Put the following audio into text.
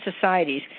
societies